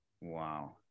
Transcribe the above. Wow